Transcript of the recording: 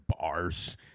Bars